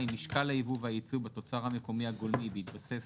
משקל היבוא והיצוא בתוצר המקומי הגולמי בהתבסס